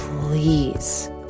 Please